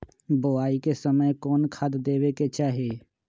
बोआई के समय कौन खाद देवे के चाही?